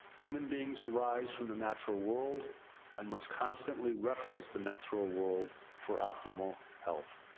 human beings arise from the natural world and must constantly reference the natural world for optimal health.